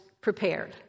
prepared